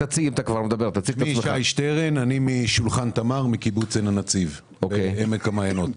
אני משולחן תמר, מקיבוץ עין הנציב בעמק המעיינות.